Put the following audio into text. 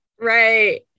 Right